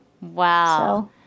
Wow